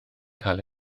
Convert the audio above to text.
cael